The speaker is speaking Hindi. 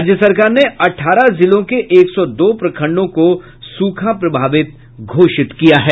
राज्य सरकार ने अठारह जिलों के एक सौ दो प्रखंडों को सूखा प्रभावित घोषित किया है